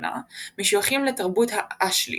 התחתונה משויכים לתרבות האשלית,